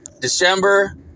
December